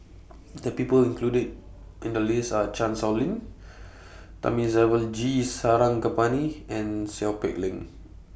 The People included in The list Are Chan Sow Lin Thamizhavel G Sarangapani and Seow Peck Leng